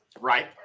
right